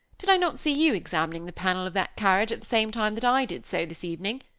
did i not see you examining the panel of that carriage at the same time that i did so, this evening?